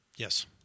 Yes